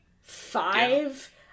Five